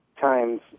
times